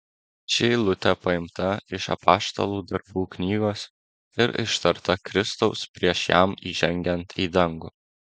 ši eilutė paimta iš apaštalų darbų knygos ir ištarta kristaus prieš jam įžengiant į dangų